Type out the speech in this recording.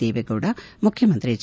ದೇವೇಗೌಡ ಮುಖ್ಯಮಂತ್ರಿ ಎಚ್